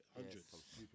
Hundreds